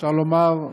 אפשר לומר,